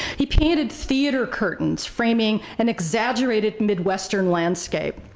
he painted theater curtains framing an exaggerated midwestern landscape.